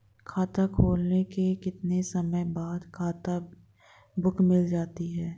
खाता खुलने के कितने समय बाद खाता बुक मिल जाती है?